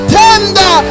tender